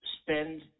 spend